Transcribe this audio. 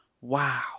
wow